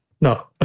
No